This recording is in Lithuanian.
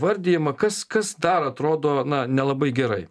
vardijimą kas kas dar atrodo na nelabai gerai